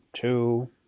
two